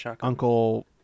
Uncle